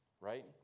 Right